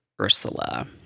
Ursula